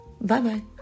Bye-bye